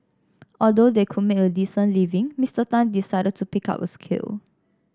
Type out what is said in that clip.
although they could make a decent living Mister Tan decided to pick up a skill